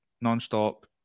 non-stop